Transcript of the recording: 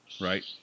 Right